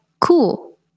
cool